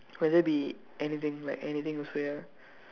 will there be anything like anything also ya